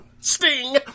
Sting